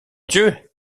dieu